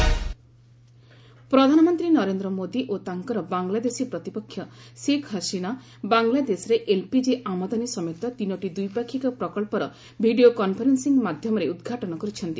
PM Hasina ପ୍ରଧାନମନ୍ତ୍ରୀ ନରେନ୍ଦ୍ର ମୋଦି ଓ ତାଙ୍କର ବାଂଲାଦେଶୀ ପ୍ରତିପକ୍ଷ ସେଖ୍ ହସିନା ବାଂଲାଦେଶରେ ଏଲ୍ପିଜି ଆମଦାନୀ ସମେତ ତିନୋଟି ଦ୍ୱିପାକ୍ଷିକ ପ୍ରକଳ୍ପର ଭିଡିଓ କନ୍ଫରେନ୍ସିଂ ମାଧ୍ୟମରେ ଉଦ୍ଘାଟନ କରିଛନ୍ତି